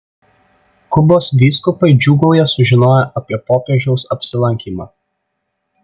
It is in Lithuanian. kubos vyskupai džiūgauja sužinoję apie popiežiaus apsilankymą